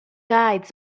guides